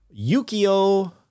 Yukio